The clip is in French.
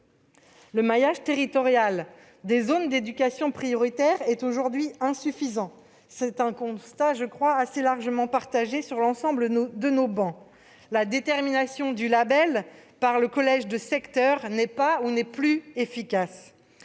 Le maillage territorial des zones d'éducation prioritaire (ZEP) est aujourd'hui insuffisant. Ce constat est assez largement partagé sur l'ensemble de nos travées : la détermination du label par le collège de secteur n'est pas, ou n'est plus, efficace.